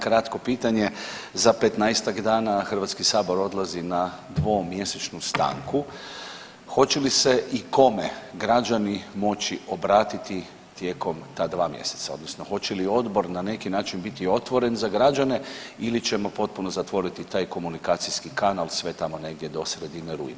Kratko pitanje, za 15-ak dana HS odlazi na dvomjesečnu stanku, hoće li se i kome građani moći obratiti tijekom ta dva mjeseca odnosno hoće li odbor na neki način biti otvoren za građene ili ćemo potpuno zatvoriti taj komunikacijski kanal sve tamo negdje do sredine rujna?